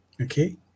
okay